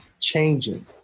changing